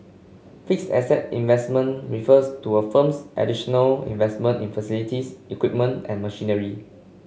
fixed asset investment refers to a firm's additional investment in facilities equipment and machinery